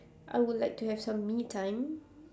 I would like to have some me time